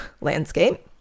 landscape